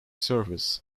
service